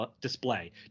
display